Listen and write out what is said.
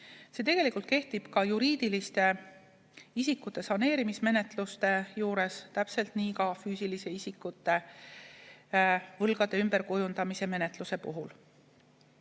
See tegelikult kehtib ka juriidiliste isikute saneerimismenetluste puhul, samuti füüsiliste isikute võlgade ümberkujundamise menetluse puhul.